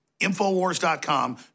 Infowars.com